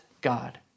God